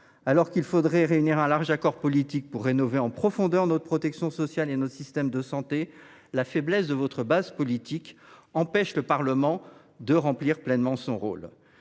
Alors qu’il faudrait réunir un large accord politique pour rénover en profondeur notre protection sociale et notre système de santé, la faiblesse de votre base politique empêche le Parlement de remplir pleinement son rôle.